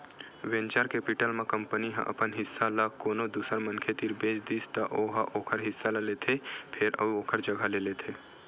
venture capital म company ह अपन हिस्सा ल कोनो दूसर मनखे तीर बेच दिस त ओ ह ओखर हिस्सा ल लेथे फेर अउ ओखर जघा ले लेथे